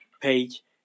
page